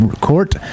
court